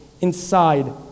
inside